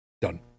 Done